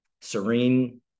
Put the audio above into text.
serene